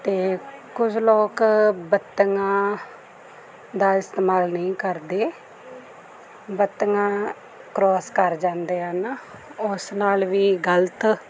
ਅਤੇ ਕੁਝ ਲੋਕ ਬੱਤੀਆਂ ਦਾ ਇਸਤੇਮਾਲ ਨਹੀਂ ਕਰਦੇ ਬੱਤੀਆਂ ਕਰੋਸ ਕਰ ਜਾਂਦੇ ਹਨ ਉਸ ਨਾਲ ਵੀ ਗਲਤ